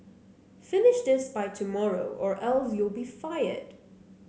finish this by tomorrow or else you'll be fired